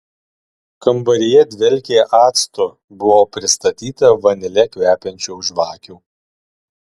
kambaryje dvelkė actu buvo pristatyta vanile kvepiančių žvakių